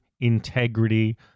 integrity